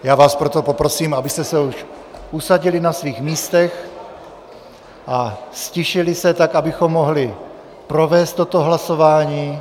Já vás proto poprosím, abyste se už usadili na svých místech a ztišili se, tak abychom mohli provést toto hlasování.